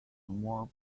more